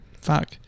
Fuck